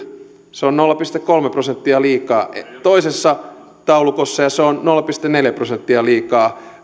se on nolla pilkku kolme prosenttia liikaa toisessa taulukossa ja se on nolla pilkku neljä prosenttia liikaa